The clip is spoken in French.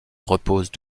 repose